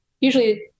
Usually